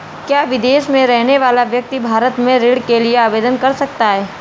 क्या विदेश में रहने वाला व्यक्ति भारत में ऋण के लिए आवेदन कर सकता है?